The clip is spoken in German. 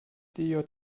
djh